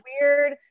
weird